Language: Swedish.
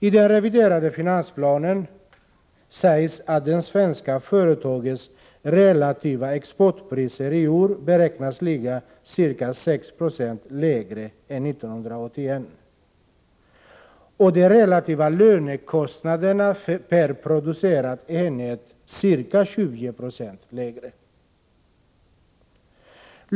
I den reviderade finansplanen sägs att de svenska företagens relativa exportpriser i år beräknas ligga ca 6 90 lägre än 1981 och de relativa lönekostnaderna per producerad enhet ca 20 96 lägre.